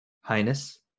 highness